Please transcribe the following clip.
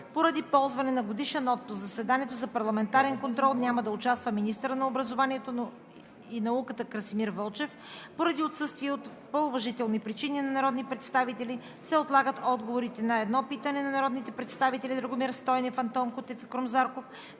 Поради ползване на годишен отпуск в заседанието за парламентарен контрол няма да участва министърът на образованието и науката Красимир Вълчев. Поради отсъствие по уважителни причини на народни представители се отлагат отговорите на: - едно питане от народните представители Драгомир Стойнев, Антон Кутев и Крум Зарков